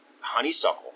honeysuckle